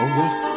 yes